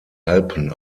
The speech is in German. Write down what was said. alpen